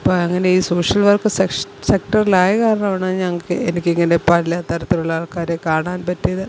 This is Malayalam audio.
അപ്പോള് അങ്ങനെ ഈ സോഷ്യൽ വർക്ക് സെക്ഷ സെക്റട്ടറിലായ കാരണമാണ് ഞങ്ങള്ക്ക് എനിക്കിങ്ങനെ പല തരത്തിലുള്ളാൾക്കാരെ കാണാൻ പറ്റിയത്